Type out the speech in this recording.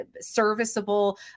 serviceable